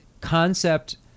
concept